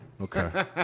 Okay